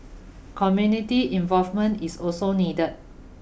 community involvement is also needed